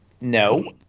No